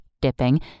dipping